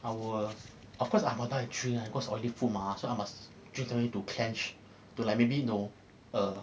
I will of course I will buy a drink lah cause oily food mah so I must drink something to like cleanse to like maybe no err